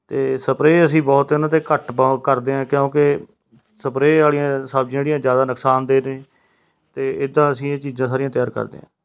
ਅਤੇ ਸਪਰੇਅ ਅਸੀਂ ਬਹੁਤ ਇਹਨਾਂ 'ਤੇ ਘੱਟ ਬਹੁਤ ਕਰਦੇ ਹਾਂ ਕਿਉਂਕਿ ਸਪਰੇਅ ਵਾਲੀਆਂ ਸਬਜ਼ੀਆਂ ਜਿਹੜੀਆਂ ਜ਼ਿਆਦਾ ਨੁਕਸਾਨਦੇਹ ਨੇ ਅਤੇ ਇੱਦਾਂ ਅਸੀਂ ਇਹ ਚੀਜ਼ਾਂ ਸਾਰੀਆਂ ਤਿਆਰ ਕਰਦੇ ਹਾਂ